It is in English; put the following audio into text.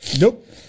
Nope